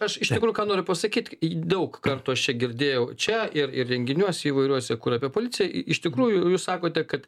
aš iš tikrųjų ką noriu pasakyt daug kartų aš čia girdėjau čia ir ir renginiuose įvairiuose kur apie policiją iš tikrųjų jūs sakote kad